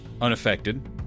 unaffected